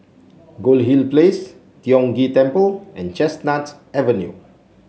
Goldhill Place Tiong Ghee Temple and Chestnut Avenue